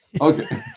Okay